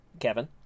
kevin